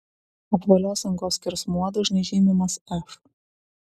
apvalios angos skersmuo dažnai žymimas f